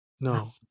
No